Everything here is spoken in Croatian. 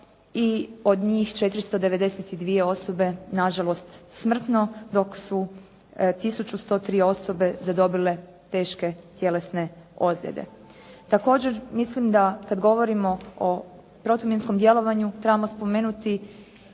i od njih 492 osobe na žalost smrtno dok su 1103 osobe zadobile teške tjelesne ozljede. Također mislim da kad govorimo o protuminskom djelovanju trebamo spomenuti